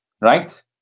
right